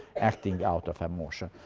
acting out of emotion.